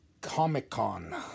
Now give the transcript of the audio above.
Comic-Con